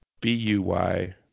B-U-Y